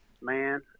Man